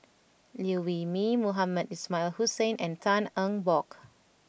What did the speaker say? Liew Wee Mee Mohamed Ismail Hussain and Tan Eng Bock